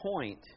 point